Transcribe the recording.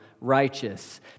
righteous